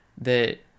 that-